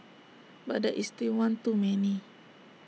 but that is still one too many